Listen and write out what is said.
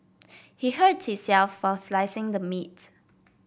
he hurt himself while slicing the meat